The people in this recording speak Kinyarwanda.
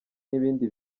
n’ibindi